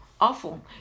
Awful